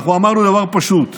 אמרנו דבר פשוט: